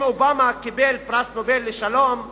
אם אובמה קיבל פרס נובל לשלום,